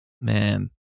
man